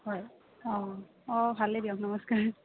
হয় অঁ অঁ ভালে দিয়ক নমস্কাৰ